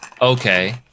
Okay